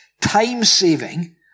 time-saving